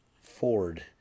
Ford